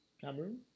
Cameroon